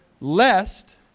Lest